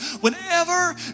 Whenever